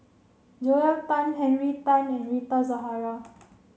Joel Tan Henry Tan and Rita Zahara